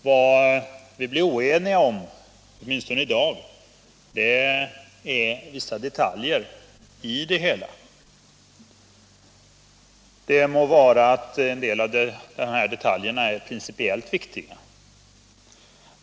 Vad vi blivit oense om — åtminstone i dag — är bara vissa detaljer i det hela, må vara att en del av detaljerna är principiellt viktiga.